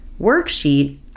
worksheet